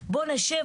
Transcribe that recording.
בואו נשב,